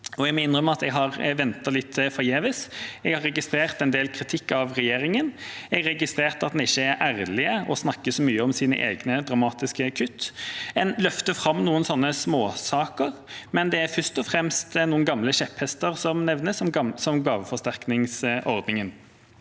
ventet litt forgjeves. Jeg har registrert en del kritikk av regjeringa. Jeg har registrert at en ikke er ærlige og snakker så mye om sine egne dramatiske kutt. En løfter fram noen småsaker, men det er først og fremst gamle kjepphester som nevnes, slik som gaveforsterkningsordningen.